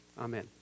amen